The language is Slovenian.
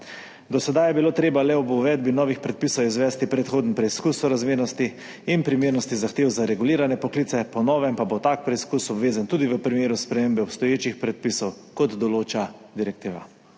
Do sedaj je bilo treba le ob uvedbi novih predpisov izvesti predhoden preskus sorazmernosti in primernosti zahtev za regulirane poklice, po novem pa bo tak preskus obvezen tudi v primeru spremembe obstoječih predpisov, kot določa direktiva.